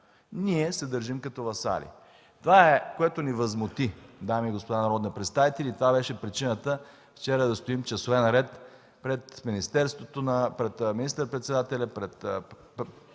ние се държим като васали. Това е, което ни възмути, дами и господа народни представители и това беше причината вчера да стоим часове наред пред министър-председателя, пред